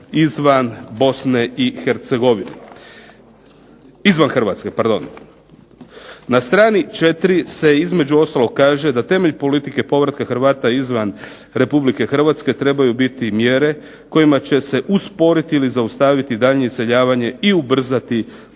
izvan Hrvatske pardon. Na strani 4. se između ostalog kaže da temelj politike povratka Hrvata izvan RH trebaju biti mjere kojima će se usporiti ili zaustaviti daljnje iseljavanje i ubrzati povratak